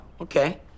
Okay